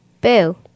Boo